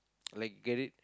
like get it